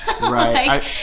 Right